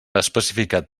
especificat